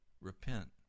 Repent